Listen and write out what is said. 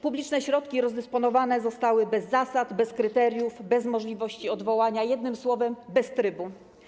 Publiczne środki rozdysponowane zostały bez zasad, bez kryteriów, bez możliwości odwołania, jednym słowem: bez trybu.